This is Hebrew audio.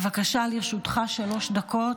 בבקשה, לרשותך שלוש דקות.